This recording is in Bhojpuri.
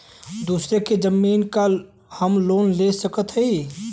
दूसरे के जमीन पर का हम लोन ले सकत हई?